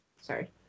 Sorry